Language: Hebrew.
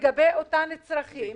לגבי אותם צרכים,